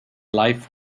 life